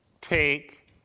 Take